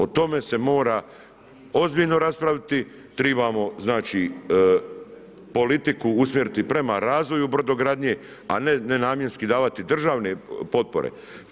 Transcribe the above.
O tome se mora ozbiljno raspraviti, trebamo, znači, politiku usmjeriti prema razvoju brodogradnje, a ne nenamjenski davati državne potpore.